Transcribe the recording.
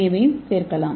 ஏவையும் நாம் சேர்க்கலாம்